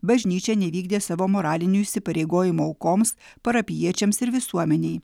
bažnyčia nevykdė savo moralinių įsipareigojimų aukoms parapijiečiams ir visuomenei